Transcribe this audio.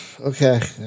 Okay